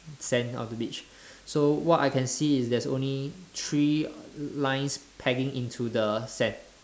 sand of the beach so what I can see is there's only three lines pegging into the sand